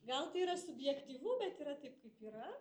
gal tai yra subjektyvu bet yra taip kaip yra